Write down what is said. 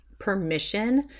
permission